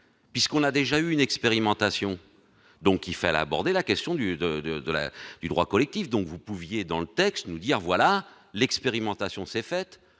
puisqu'on a déjà eu une expérimentation, donc il fait l'aborder la question du de, de, de la du droit collectif, donc vous pouviez dans le texte, nous dire voilà l'expérimentation s'est faite